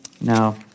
Now